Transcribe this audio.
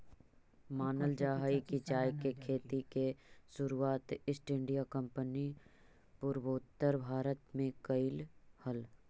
मानल जा हई कि चाय के खेती के शुरुआत ईस्ट इंडिया कंपनी पूर्वोत्तर भारत में कयलई हल